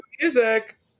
music